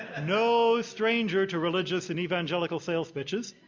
ah no stranger to religious and evangelical sales pitches.